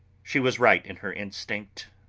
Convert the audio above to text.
she was right in her instinct.